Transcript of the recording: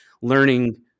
learning